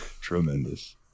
tremendous